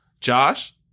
Josh